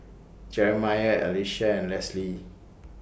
Jerimiah Alysia and Lesley